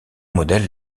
modèle